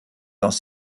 dans